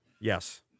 Yes